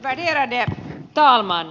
värderade talman